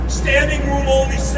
Standing-room-only